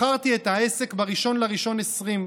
מכרתי את העסק ב-1 בינואר 2020,